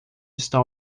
está